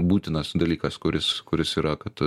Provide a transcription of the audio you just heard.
būtinas dalykas kuris kuris yra kad